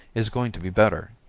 is going to be better.